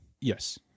Yes